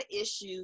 issue